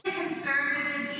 conservative